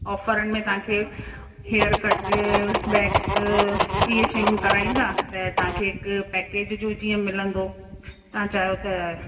ऑफरनि में तव्हांखे hair cut wax इए शयूं कराईंदा त तव्हांखे हिकु पैकेज जो जीअं मिलंदो तव्हां चाहियो त